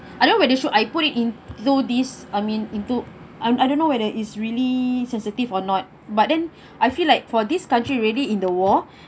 I know when the show I put it into this I mean into I I don't know whether it's really sensitive or not but then I feel like for this country already in the war